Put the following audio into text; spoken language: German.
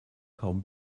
kaum